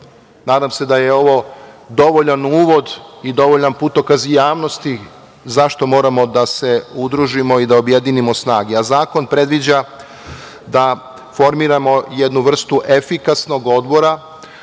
se da je ovo dovoljan uvod i dovoljan dokaz javnosti zašto moramo da se udružimo i da objedinimo snage. Zakon predviđa da formiramo jednu vrstu efikasnog odbora,